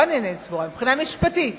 לא שאינני סבורה, מבחינה משפטית